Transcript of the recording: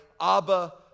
Abba